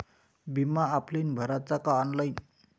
बिमा ऑफलाईन भराचा का ऑनलाईन?